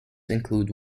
include